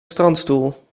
strandstoel